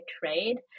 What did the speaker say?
trade